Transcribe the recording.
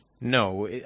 no